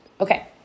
Okay